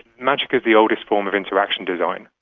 magic is the oldest form of interaction design.